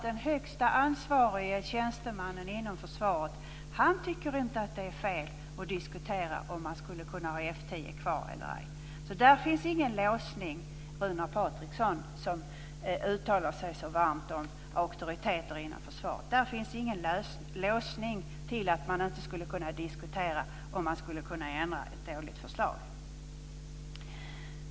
Den högste ansvarige tjänstemannen inom försvaret tycker alltså inte att det är fel att diskutera frågan om att ha kvar F 10 eller ej. Där finns ingen låsning, Runar Patriksson som uttalar sig så varmt om auktoriteter i försvaret, för att diskutera en ändring av ett dåligt förslag.